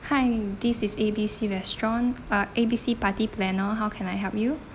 hi this is A B C restaurant uh A B C party planner how can I help you